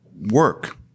work